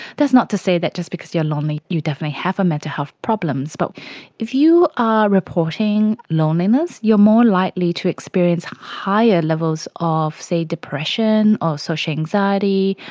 that's not to say that just because you're lonely you definitely have a mental health problem, but if you are reporting loneliness, you're more likely to experience higher levels of, say, depression or social anxiety,